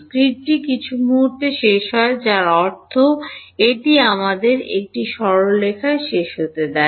গ্রিডটি কিছু মুহুর্তে শেষ হয় যার অর্থ এটি আমাদের একটি সরলরেখায় শেষ হতে দিন